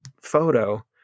photo